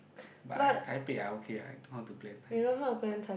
but I Taipei I okay ah I don't want to plan Taipei